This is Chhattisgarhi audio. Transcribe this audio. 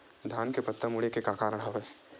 धान के पत्ता मुड़े के का कारण हवय?